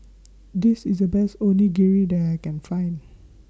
This IS The Best Onigiri that I Can Find